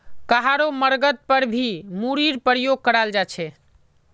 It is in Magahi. कहारो मर्गत पर भी मूरीर प्रयोग कराल जा छे